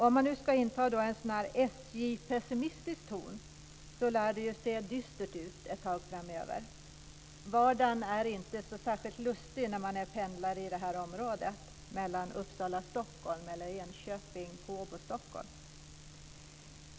Om man ska inta en SJ-pessimistisk ton lär det se dystert ut ett tag framöver. Vardagen är inte särskilt lustig när man är pendlare mellan Uppsala och Stockholm, eller Enköping-Håbo-Stockholm.